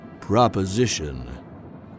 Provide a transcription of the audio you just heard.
Proposition